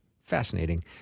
fascinating